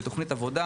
בתוכנית עבודה,